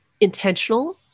intentional